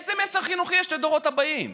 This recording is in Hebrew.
איזה מסר חינוכי יש לדורות הבאים?